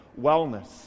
wellness